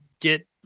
get